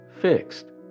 fixed